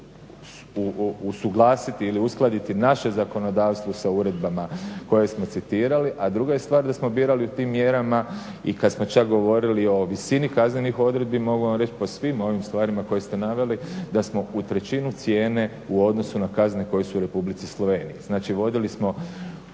usuglasiti ili uskladiti naše zakonodavstvo sa uredbama koje smo citirali, a druga je stvar da smo birali u tim mjerama i kad smo čak govorili o visini kaznenih odredbi mogu vam reći po svim ovim stvarima koje ste naveli da smo u trećinu cijene u odnosu na kazne koje su u Republici Sloveniji. Znači, vodili smo